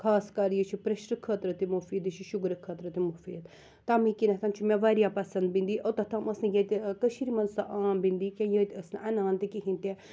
خاص کر یہِ چھُ پرٛیشرٕ خٲطرٕ تہِ مُفیٖد یہِ چھُ شُگرٕ خٲطرٕ تہِ مُفیٖد تَمی کِنیٚتھ چھُ مےٚ واریاہ پسنٛد بِنٛڈی اوٚتَتھ تام ٲس نہٕ ییٚتہِ کٔشیٖرِ منٛز سۄ عام بِنٛڈی کینٛہہ ییٚتہِ ٲسۍ نہٕ اَنان تہِ کِہیٖنۍ تہِ